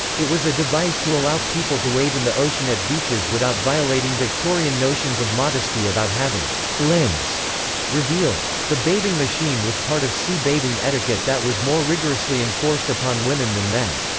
it was a device to allow people to wade in the ocean at beaches without violating victorian notions of modesty about having limbs revealed. the bathing machine was part of sea-bathing etiquette that was more rigorously enforced upon women than men.